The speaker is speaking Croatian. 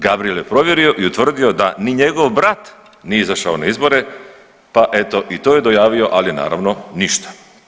Gabrijel je provjerio i utvrdio da ni njegov brat nije izašao na izbore, pa eto i to je dojavio, ali naravno ništa.